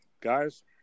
guys